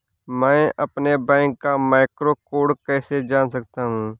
मैं अपने बैंक का मैक्रो कोड कैसे जान सकता हूँ?